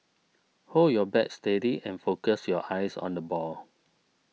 hold your bat steady and focus your eyes on the ball